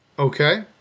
Okay